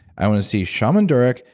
i want to see shaman durek,